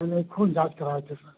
नहीं खून जाँच कराए थे सर